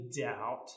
doubt